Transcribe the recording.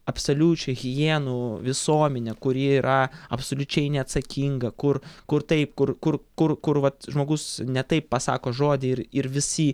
absoliučią hienų visomenę kuri yra absoliučiai neatsakinga kur kur taip kur kur kur kur vat žmogus ne taip pasako žodį ir ir visi